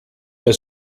mehr